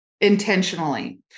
intentionally